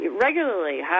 regularly